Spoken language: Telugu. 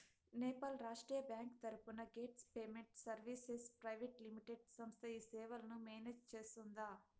నేపాల్ రాష్ట్రీయ బ్యాంకు తరపున gate payment services private limited సంస్థ ఈ సేవలను మేనేజ్ సేస్తుందా?